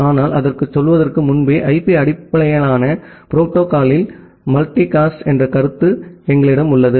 ஆனால் அதற்குச் செல்வதற்கு முன்பே ஐபி அடிப்படையிலான புரோட்டோகால்யில் மல்டிகாஸ்ட் என்ற கருத்து எங்களிடம் உள்ளது